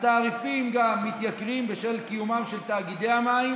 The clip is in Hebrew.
התעריפים גם מתייקרים בשל קיומם של תאגידי המים